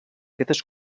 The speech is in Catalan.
fetes